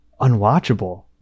unwatchable